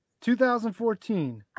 2014